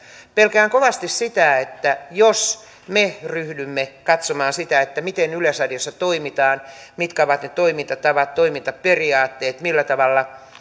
pelkään kovasti sitä että jos me ryhdymme katsomaan sitä miten yleisradiossa toimitaan mitkä ovat ne toimintatavat toimintaperiaatteet millä tavalla